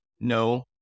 No